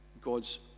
God's